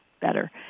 better